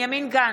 בנימין גנץ,